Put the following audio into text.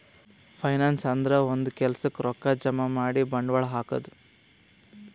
finance ಅಂದ್ರ ಒಂದ್ ಕೆಲ್ಸಕ್ಕ್ ರೊಕ್ಕಾ ಜಮಾ ಮಾಡಿ ಬಂಡವಾಳ್ ಹಾಕದು